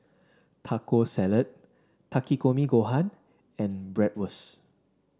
Taco Salad Takikomi Gohan and Bratwurst